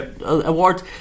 award